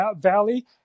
Valley